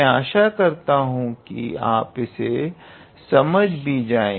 आशा करता हूं कि आप इसे समझ भी जाएंगे